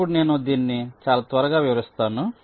ఇప్పుడు నేను దీన్ని చాలా త్వరగా వివరిస్తాను